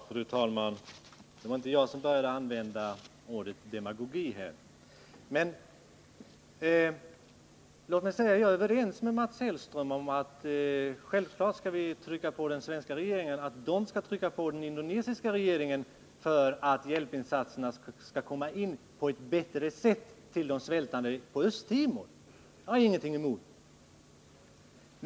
Fru talman! Det var inte jag som började använda ordet demagogi. Jag är överens med Mats Hellström om att vi självklart skall trycka på den svenska regeringen att den i sin tur skall trycka på den indonesiska regeringen så att hjälpinsatserna kan komma in på ett bättre sätt till de svältande i Östtimor. Det har jag ingenting emot.